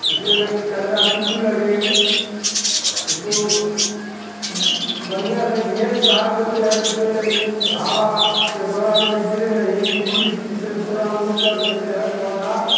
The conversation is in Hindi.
उसमें ना गाजरा पिल्लू लगे उसको बढ़िया से घेर घार देते हैं जिससे हवा के दौरान गिरे नहीं मिट्टी से थोड़ा ऊँचा कर देते हैं पौधा